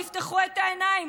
תפתחו את העיניים,